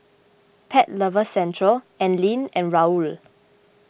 Pet Lovers Centre Anlene and Raoul